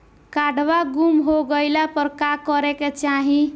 काडवा गुमा गइला पर का करेके चाहीं?